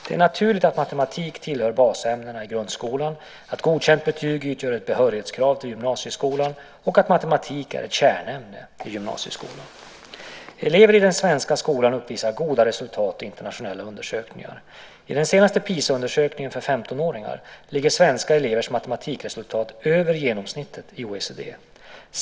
Det är naturligt att matematik tillhör basämnena i grundskolan, att godkänt betyg utgör ett behörighetskrav till gymnasieskolan och att matematik är ett kärnämne i gymnasieskolan. Elever i den svenska skolan uppvisar goda resultat i internationella undersökningar. I den senaste PISA-undersökningen för 15-åringar ligger svenska elevers matematikresultat över genomsnittet i OECD.